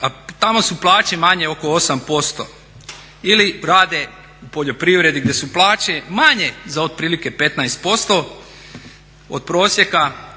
a tamo su plaće manje oko 8%. Ili rade u poljoprivredi gdje su plaće manje za otprilike 15% od prosjeka,